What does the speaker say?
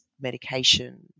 medication